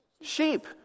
Sheep